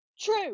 true